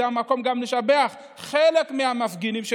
זה המקום גם לשבח חלק מהמפגינים,